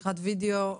וידיאו,